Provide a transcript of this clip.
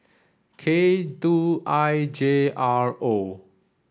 K two I J R O